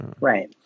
Right